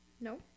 No